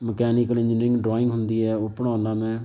mechanical engineering drawing ਹੁੰਦੀ ਹੈ ਉਹ ਪੜ੍ਹਾਉਂਦਾ ਮੈਂ